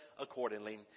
accordingly